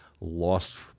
lost